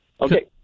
Okay